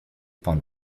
pan